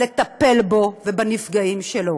לטפל בו ובנפגעים שלו.